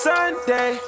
Sunday